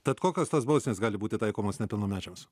tad kokios tos bausmės gali būti taikomos nepilnamečiams